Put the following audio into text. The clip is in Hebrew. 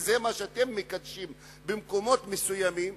וזה מה שאתם מקדשים במקומות מסוימים,